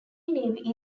navy